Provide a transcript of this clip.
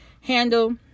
handle